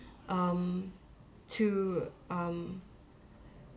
um to um